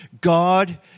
God